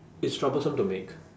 it's troublesome to make